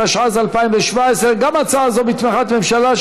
התשע"ז 2017. גם הצעה זו בתמיכת ממשלה,